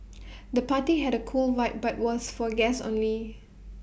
the party had A cool vibe but was for guests only